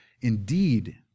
indeed